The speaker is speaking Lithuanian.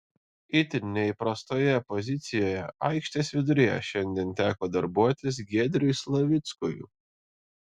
itin neįprastoje pozicijoje aikštės viduryje šiandien teko darbuotis giedriui slavickui